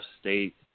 state